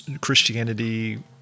Christianity